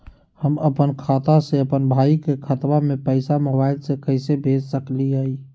हम अपन खाता से अपन भाई के खतवा में पैसा मोबाईल से कैसे भेज सकली हई?